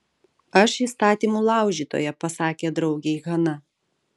aš įstatymų laužytoja pasakė draugei hana